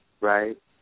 right